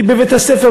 כי בבית-הספר,